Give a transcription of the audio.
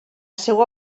seva